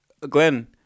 Glenn